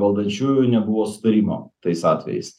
valdančiųjų nebuvo sutarimo tais atvejais